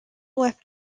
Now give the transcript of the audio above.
left